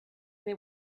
they